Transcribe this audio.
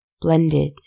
blended